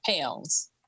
pounds